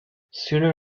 sooner